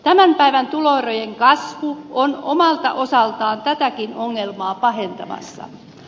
tämän päivän tuloerojen kasvu on omalta osaltaan tätäkin ongelmaa pahentamassa